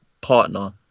partner